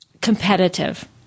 competitive